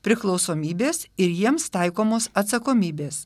priklausomybės ir jiems taikomos atsakomybės